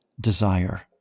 desire